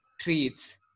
treats